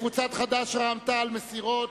קבוצות חד"ש, רע"ם-תע"ל, מסירות.